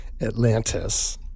Atlantis